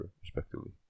respectively